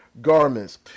garments